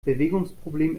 bewegungsproblem